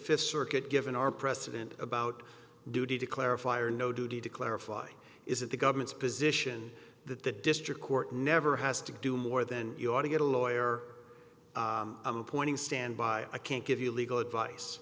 fifth circuit given our precedent about duty to clarify or no duty to clarify is that the government's position that the district court never has to do more than you ought to get a lawyer pointing stand by i can't give you legal advice